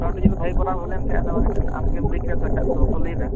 ᱢᱳᱴᱟᱢᱩᱴᱤ ᱡᱤᱞ ᱫᱚ ᱵᱷᱟᱹᱜᱤ ᱠᱚᱨᱟᱣ ᱦᱩᱭ ᱞᱮᱱ ᱛᱟᱦᱮᱸᱜ ᱟᱫᱚ ᱟᱢᱜᱮᱢ ᱞᱟᱹᱭ ᱠᱮᱫᱟ ᱛᱚ ᱮᱴᱟᱜ ᱠᱚᱫᱚ ᱵᱟᱠᱚ ᱞᱟᱹᱭᱫᱟ